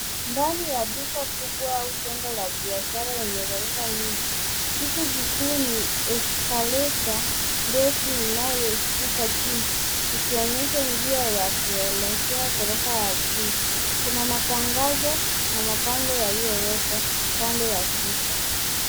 Ndani ya duka kubwa au jengo la biashara yenye ghorofa nyingi. Kitu kikuu ni escalator ndefu inayoshuka chini ikionyesha njia ya kuelekea ghorofa la chini. Kuna matangazo na mabango yaliyowekwa kando ya kuta.